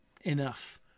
enough